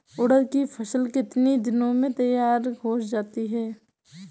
उड़द की फसल कितनी दिनों में तैयार हो जाती है?